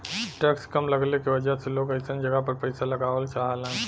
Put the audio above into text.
tax कम लगले के वजह से लोग अइसन जगह पर पइसा लगावल चाहलन